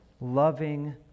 loving